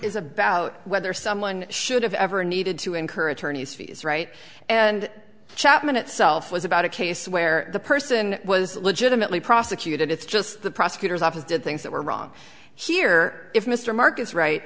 is about whether someone should have ever needed to encourage tourney's fees right and chapman itself was about a case where the person was legitimately prosecuted it's just the prosecutor's office did things that were wrong here if mr mark is right